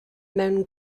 mewn